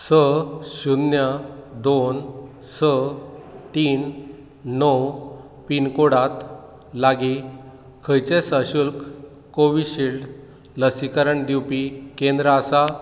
स शुन्य दोन स तीन णव पिनकोडांत लागीं खंयचेंय सशुल्क कोविशिल्ड लसीकरण दिवपी केंद्र आसा